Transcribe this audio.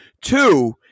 Two